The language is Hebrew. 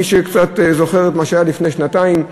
מי שקצת זוכר את מה שהיה לפני שנתיים,